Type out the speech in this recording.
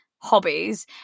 hobbies